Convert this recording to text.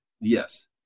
Yes